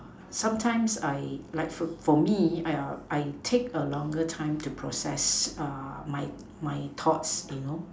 sometimes I like for for me I I take a longer time to process uh my my thoughts you know